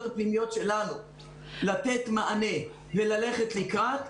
הפנימיות שלנו לתת מענה וללכת לקראת,